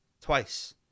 twice